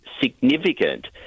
significant